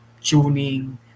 tuning